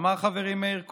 אמר חברי מאיר כהן,